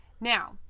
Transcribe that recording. Now